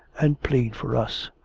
and plead for us.